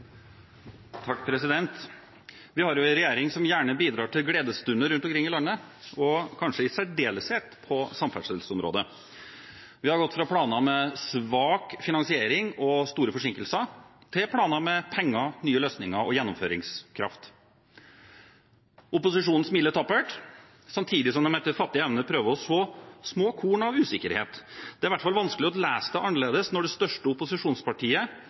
Vi har en regjering som gjerne bidrar til gledesstunder rundt omkring i landet, kanskje i særdeleshet på samferdselsområdet. Vi har gått fra planer med svak finansiering og store forsinkelser til planer med penger, nye løsninger og gjennomføringskraft. Opposisjonen smiler tappert, samtidig som de etter fattig evne prøver å så små korn av usikkerhet. Det er iallfall vanskelig å lese det annerledes når det største opposisjonspartiet